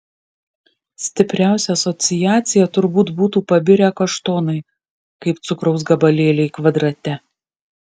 stipriausia asociacija turbūt būtų pabirę kaštonai kaip cukraus gabalėliai kvadrate